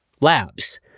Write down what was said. Labs